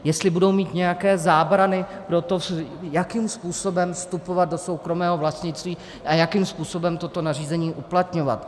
Jestli budou mít nějaké zábrany pro to, jakým způsobem vstupovat do soukromého vlastnictví a jakým způsobem toto nařízení uplatňovat.